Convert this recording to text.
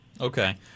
Okay